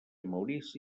maurici